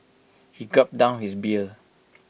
he gulped down his beer